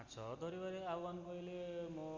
ମାଛ ଧରିବାରେ ଆଉ ଆମେ କହିଲେ ମୁଁ